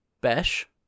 Besh